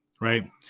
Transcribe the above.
right